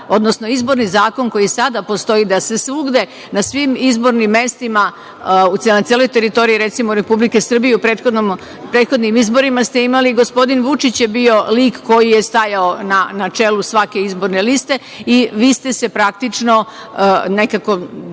odnosno izborni zakon koji sada postoji, da se svugde, na svim izbornim mestima na celoj teritoriji Republike Srbije i na prethodnim izborima ste imali, gospodin Vučić je bio lik koji je stajao na čelu svake izborne liste i vi ste se praktično, da